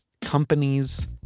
Companies